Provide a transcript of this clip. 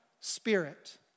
Spirit